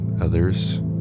others